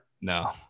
No